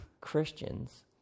Christians